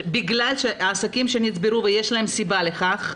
בגלל העסקים שנפגעו ויש להם סיבה לכך,